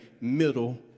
middle